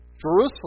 Jerusalem